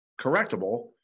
correctable